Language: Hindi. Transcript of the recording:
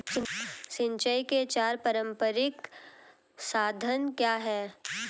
सिंचाई के चार पारंपरिक साधन क्या हैं?